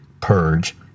purge